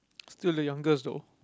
still the youngest though